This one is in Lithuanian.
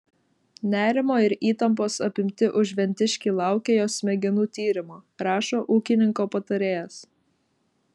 nerimo ir įtampos apimti užventiškiai laukia jos smegenų tyrimo rašo ūkininko patarėjas